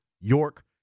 York